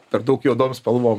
per daug juodom spalvom